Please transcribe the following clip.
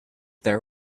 there